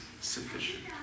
sufficient